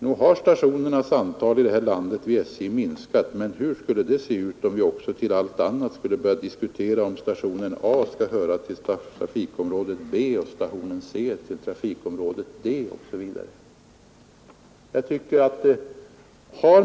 Nog har SJ-stationernas antal här i landet minskat, men hur skulle det se ut om vi till allt annat också skulle börja diskutera om stationen A skall höra till trafikområdet B och om stationen C skall tillhöra trafikområde D osv.?